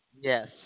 Yes